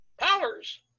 powers